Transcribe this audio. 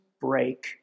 break